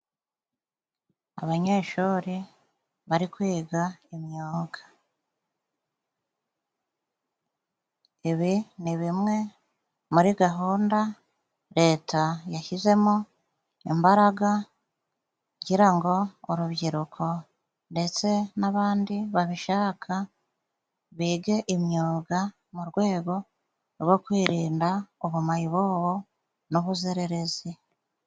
Abanyeshuri bari kwiga imyuga. Ibi ni bimwe muri gahunda Leta yashyizemo imbaraga kugira ngo urubyiruko ndetse n'abandi babishaka bige imyuga mu rwego rwo kwirinda ubumayibobo n'ubuzererezi.